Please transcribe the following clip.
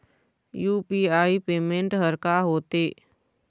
UPI payment हर का होते?